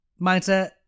mindset